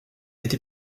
été